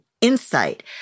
insight